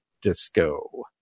disco